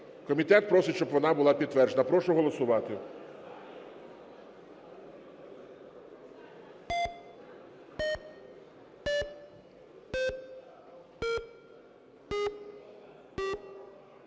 комітет просить, щоб вона була підтверджена. Прошу голосувати.